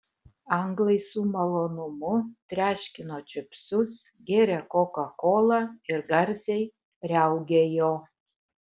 anglai su malonumu treškino čipsus gėrė kokakolą ir garsiai riaugėjo